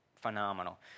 phenomenal